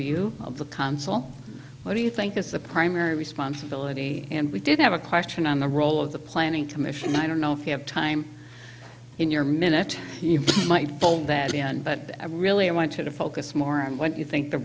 you of the console what do you think is the primary responsibility and we did have a question on the role of the planning commission i don't know if you have time in your minute you might poll that then but i really want to focus more on what you think the